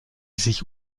sich